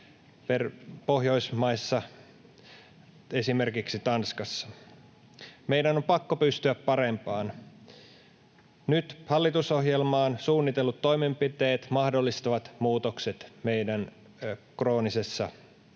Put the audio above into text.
Pohjoismaissa, esimerkiksi Tanskassa. Meidän on pakko pystyä parempaan. Nyt hallitusohjelmaan suunnitellut toimenpiteet mahdollistavat muutokset meidän kroonisessa korkeassa